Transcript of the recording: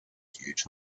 huge